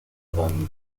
drang